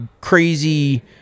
crazy